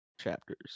chapters